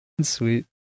Sweet